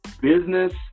business